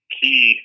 key